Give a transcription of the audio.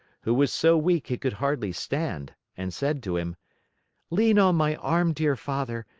who was so weak he could hardly stand, and said to him lean on my arm, dear father,